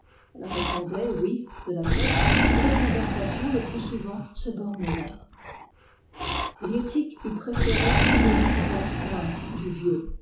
elle répondait oui de la tête et la conversation le plus souvent se bornait là liettik eût préféré qu'ils ne lui parlassent point du vieux